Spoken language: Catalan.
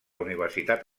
universitat